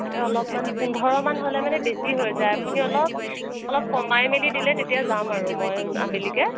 এই অলপমান পোন্ধৰ মান হ'লে মানে বেছি হৈ যায় আপুনি অলপ অলপ কমাই মেলি দিলে তেতিয়া যাম আৰু মই আবেলিকে